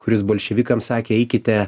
kuris bolševikams sakė eikite